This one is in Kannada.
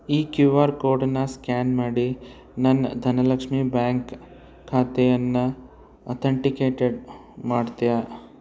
ಈ ಕ್ಯೂ ಆರ್ ಕೋಡನ್ನು ಸ್ಕ್ಯಾನ್ ಮಾಡಿ ನನ್ನ ಧನಲಕ್ಷ್ಮಿ ಬ್ಯಾಂಕ್ ಖಾತೆಯನ್ನು ಅತಂಟಿಕೇಟೆಡ್ ಮಾಡ್ತೀಯಾ